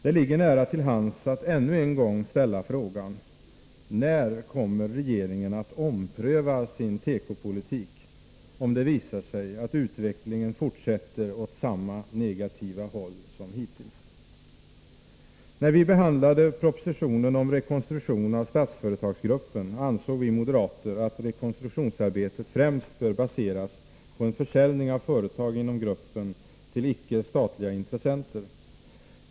Det ligger nära till hands att än en gång ställa frågan: När kommer regeringen att ompröva sin tekopolitik, om det visar sig att utvecklingen fortsätter åt samma negativa håll som hittills? När vi behandlade propositionen om rekonstruktion av Statsföretagsgruppen, ansåg vi moderater att rekonstruktionsarbetet främst bör baseras på en försäljning av företag inom gruppen till icke statliga intressenter.